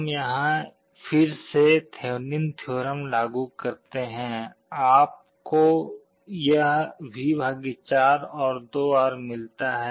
हम यहां फिर से थेनविन थ्योरम लागू करते हैं आप को यह V 4 और 2R मिलता है